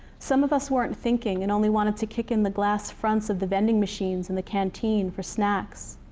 some of us weren't thinking and only wanted to kick in the glass fronts of the vending machines in the canteen for snacks,